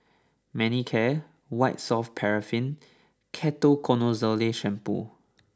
Manicare White Soft Paraffin Ketoconazole Shampoo